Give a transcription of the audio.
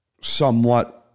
somewhat